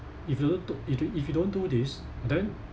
if you don't to~ if you if you don't do this then